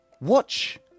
watch